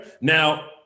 Now